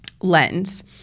lens